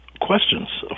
questions